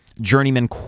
journeyman